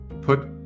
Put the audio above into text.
put